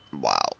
Wow